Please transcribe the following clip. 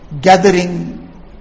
gathering